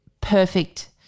perfect